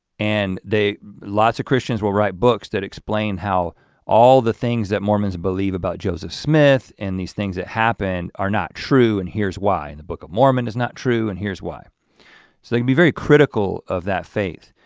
and they lots of christians will write books that explain how all the things that mormons believe about joseph smith and these things that happened are not true and here's why in the book of mormon is not true and here's why. so they can be very critical of that faith.